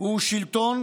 הוא שלטון